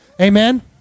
Amen